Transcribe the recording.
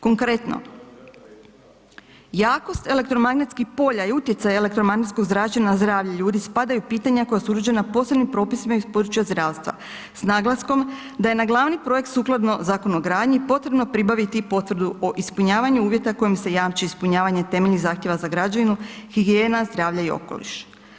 Konkretno, jakost elektromagnetskih polja i utjecaja elektromagnetskog zračenja na zdravlje ljudi spadaju u pitanja koja su uređena posebnim propisima iz područja zdravstva s naglaskom da je na glavni projekt sukladno Zakonu o gradnji potrebno pribaviti i potvrdu o ispunjavanju kojim se jamči ispunjavanje temeljnih zahtjeva za građevinu, higijena, zdravlje i okoliš.